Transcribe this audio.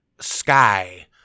Sky